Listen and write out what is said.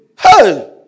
Hey